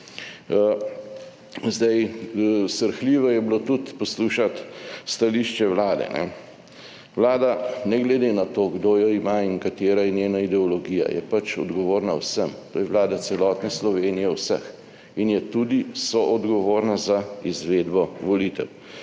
Zdaj, srhljivo je bilo tudi poslušati stališče Vlade. Vlada ne glede na to kdo jo ima in katera je njena ideologija, je pač odgovorna vsem. To je Vlada celotne Slovenije, vseh in je tudi soodgovorna za izvedbo volitev.